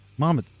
Mom